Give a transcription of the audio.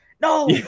No